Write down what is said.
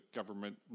government